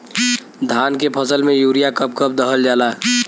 धान के फसल में यूरिया कब कब दहल जाला?